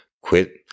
quit